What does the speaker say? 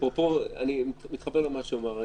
אני מתחבר למה שאמר יעקב.